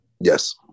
Yes